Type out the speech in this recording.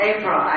April